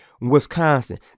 Wisconsin